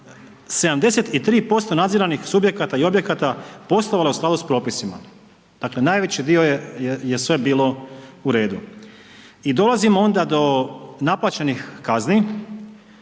73% nadziranih subjekata i objekata poslovalo je u skladu s propisima. Dakle, najveći dio je sve bilo u redu. I dolazimo onda do naplaćenih kazni,